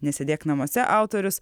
nesėdėk namuose autorius